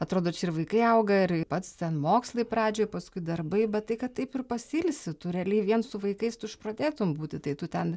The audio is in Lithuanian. atrodo čia ir vaikai auga ir pats ten mokslai pradžioj paskui darbai bet tai kad taip ir pasiilsi tu realiai vien su vaikais tu išprotėtum būti tai tu ten